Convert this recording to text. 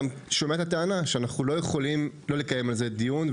אני גם שומע את הטענה שאנחנו לא יכולים לא לקיים על זה דיון,